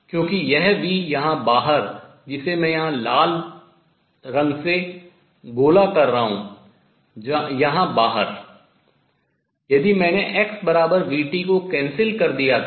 क्योंकि यह v यहां बाहर जिसे मैं यहां लाल रंग से गोला कर रहा हूँ यहां बाहर यदि मैंने x v t को cancel रद्द कर दिया था